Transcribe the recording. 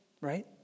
right